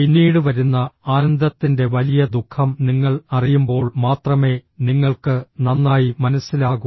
പിന്നീട് വരുന്ന ആനന്ദത്തിൻറെ വലിയ ദുഃഖം നിങ്ങൾ അറിയുമ്പോൾ മാത്രമേ നിങ്ങൾക്ക് നന്നായി മനസ്സിലാകൂ